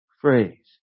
phrase